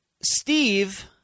Steve